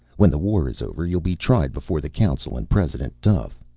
when the war is over you'll be tried before the council and president duffe.